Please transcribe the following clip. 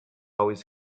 always